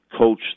coach